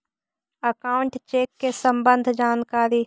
Account check के सम्बन्ध जानकारी?